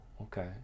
okay